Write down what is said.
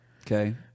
okay